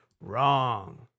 wrong